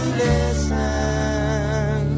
listen